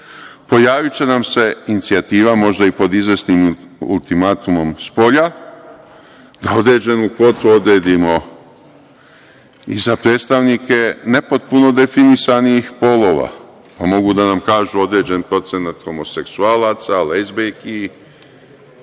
pojaviće nam se inicijativa možda i pod izvesnim ultimatumom spolja, da određenu kvotu odredimo i za predstavnike nepotpuno nedefinisanih polova, pa mogu da nam kažu određen procenat homoseksualaca, lezbijki,